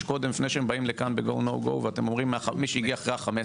קודם לפני שהם באים לכאן בגו נו גו ואומרים: מי שהגיע מ-15?